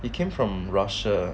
he came from russia